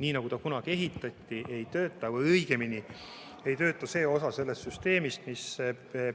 nii, nagu ta kunagi ehitati, või õigemini ei tööta see osa sellest süsteemist, mis